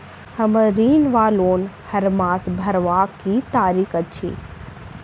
हम्मर ऋण वा लोन हरमास भरवाक की तारीख अछि?